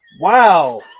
wow